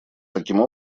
таким